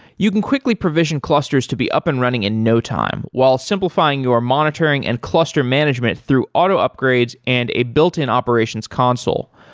you could quickly provision clusters to be up and running in no time while simplifying. you are monitoring in and cluster management through auto upgrades and a built in operations console.